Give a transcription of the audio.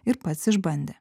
ir pats išbandė